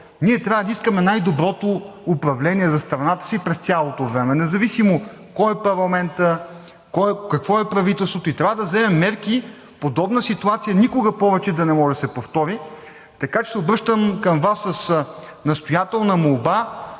ние трябва да искаме най-доброто управление за страната си през цялото време, независимо кой е парламентът, какво е правителството и трябва да вземем мерки подобна ситуация никога повече да не може да се повтори. Така че, обръщам се към Вас с настоятелна молба